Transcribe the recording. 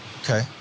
Okay